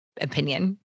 opinion